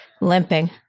limping